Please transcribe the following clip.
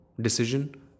decision